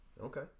Okay